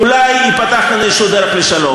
אולי תיפתח כאן איזו דרך לשלום.